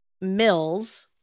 mills